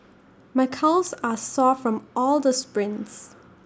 my calves are sore from all the sprints